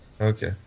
Okay